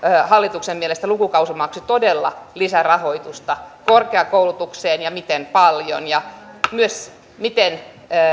hallituksen mielestä lukukausimaksut todella lisärahoitusta korkeakoulutukseen ja miten paljon ja myös miten